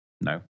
No